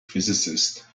physicist